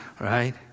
Right